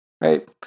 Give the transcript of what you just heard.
Right